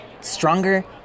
stronger